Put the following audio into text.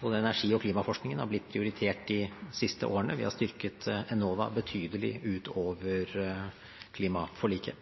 Både energi- og klimaforskningen har blitt prioritert de siste årene. Vi har styrket Enova betydelig utover klimaforliket.